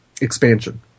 expansion